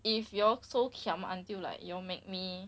if you all so kiam until like you all make me